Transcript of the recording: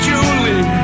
Julie